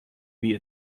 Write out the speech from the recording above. wie